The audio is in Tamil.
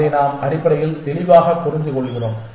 அதை நாம் அடிப்படையில் தெளிவாக புரிந்துகொள்கிறோம்